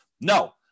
No